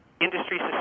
industry